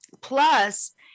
Plus